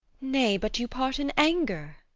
nay, but you part in anger.